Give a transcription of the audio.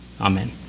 Amen